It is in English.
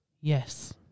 Yes